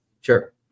Sure